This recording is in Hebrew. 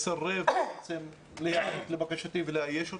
סירב להיענות לבקשתי ולאייש אותה.